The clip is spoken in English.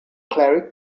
cleric